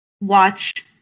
watch